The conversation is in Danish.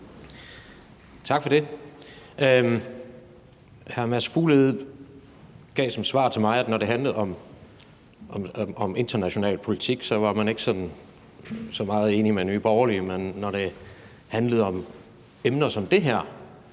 Tak for det. Hr. Mads Fuglede gav som svar til mig, at når det handlede om international politik, var man ikke så meget enige med Nye Borgerlige, men når det handlede om emner som det her,